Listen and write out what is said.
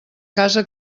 casa